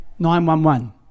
911